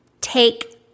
take